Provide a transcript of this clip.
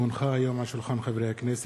כי הונחו היום על שולחן הכנסת,